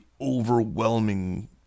overwhelming